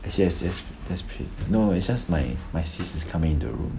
yes yes yes just print no it's just my my sis is coming into the room